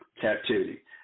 Captivity